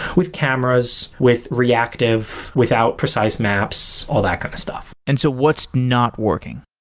with cameras, with reactive, without precise maps, all that kind of stuff and so what's not working?